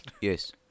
Yes